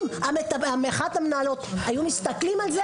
אם אחת המנהלות היו מסתכלות על זה